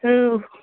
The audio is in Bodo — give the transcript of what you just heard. औ